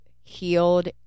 healed